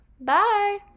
Bye